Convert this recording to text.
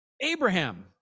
Abraham